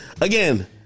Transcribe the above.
again